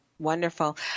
Wonderful